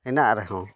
ᱦᱮᱱᱟᱜ ᱨᱮᱦᱚᱸ